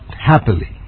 happily